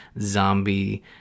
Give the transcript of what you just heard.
zombie